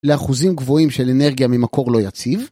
‫לאחוזים גבוהים של אנרגיה ‫ממקור לא יציב.